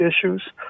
issues